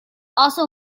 also